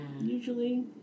usually